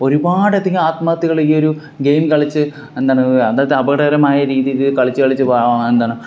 ഒരുപാടധികം ആത്മഹത്യകള് ഈ ഒരു ഗെയിം കളിച്ച് എന്താണ് അതായത് അപകടകരമായ രീതിയില് കളിച്ച് കളിച്ച് എന്താണ്